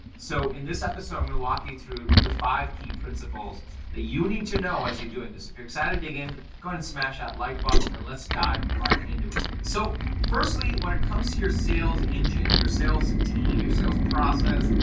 so in this episode, i'm gonna walk you through the five key principles that you need to know as you're doing this. if you're excited, dig in, go ahead and smash that like bottom and let's dive right into it. so firstly, when it comes to your sales engine, your sales team, your sales process,